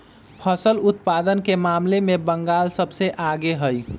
फसल उत्पादन के मामले में बंगाल सबसे आगे हई